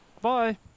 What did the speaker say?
Bye